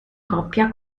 coppia